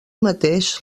mateix